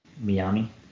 Miami